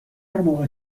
موقع